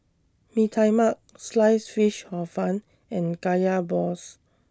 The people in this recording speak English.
Mee Tai Mak Sliced Fish Hor Fun and Kaya Balls